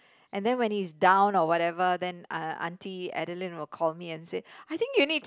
and then when he's down or whatever then uh Auntie Adeline will call me and said I think you need to